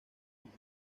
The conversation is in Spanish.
más